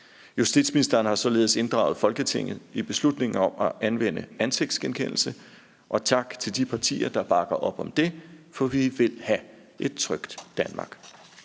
Justitsministeren har således inddraget Folketinget i beslutningen om at anvende ansigtsgenkendelse, og tak til de partier, der bakker op om det, for vi vil have et trygt Danmark.